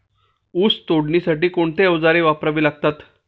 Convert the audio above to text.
ऊस तोडणीसाठी कोणती अवजारे वापरावी लागतात?